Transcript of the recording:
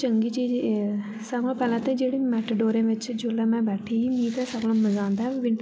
चंगी चीज एह् सारे कोलां पैह्ले ते जेह्ड़ी मेटाडोरें च जेल्लै मै बैठी ही मी तां समा मजा आंदा ऐ